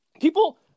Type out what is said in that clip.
people